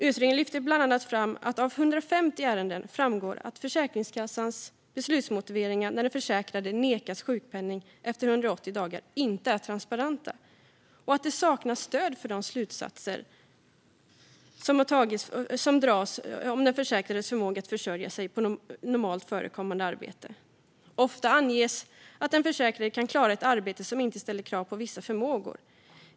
Utredningen lyfte bland annat fram att det av 150 ärenden framgår att Försäkringskassans beslutsmotiveringar när den försäkrade nekats sjukpenning efter 180 dagar inte är transparenta och att det saknas stöd för de slutsatser som dras om den försäkrades förmåga att försörja sig på normalt förekommande arbete. Ofta anges det att den försäkrade kan klara ett arbete som inte ställer krav på vissa förmågor.